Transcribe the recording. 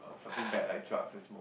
uh something bad like drugs and smoke